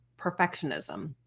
perfectionism